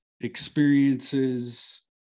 experiences